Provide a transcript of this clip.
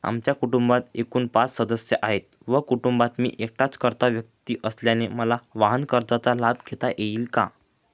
आमच्या कुटुंबात एकूण पाच सदस्य आहेत व कुटुंबात मी एकटाच कर्ता व्यक्ती असल्याने मला वाहनकर्जाचा लाभ घेता येईल का?